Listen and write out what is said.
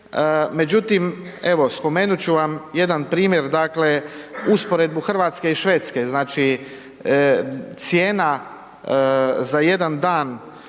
međutim, evo spomenut ću vam jedan primjer, dakle, usporedbu Hrvatske i Švedske.